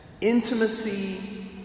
intimacy